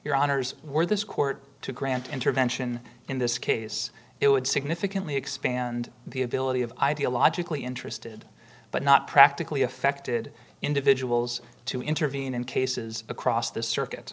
your honour's were this court to grant intervention in this case it would significantly expand the ability of ideologically interested but not practically affected individuals to intervene in cases across the circuit